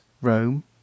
Rome